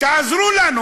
תעזרו לנו.